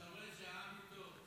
אבל אתה רואה שהעם איתו.